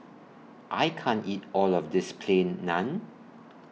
I can't eat All of This Plain Naan